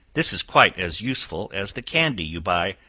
this is quite as useful as the candy you buy,